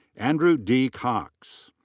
andrew d. cox.